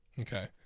Okay